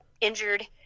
injured